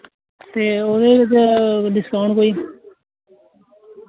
ते ओह्दे च डिस्काउंट कोई